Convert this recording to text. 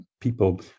people